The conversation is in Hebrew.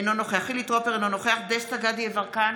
אינו נוכח חילי טרופר, אינו נוכח דסטה גדי יברקן,